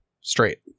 straight